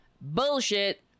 Bullshit